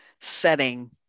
setting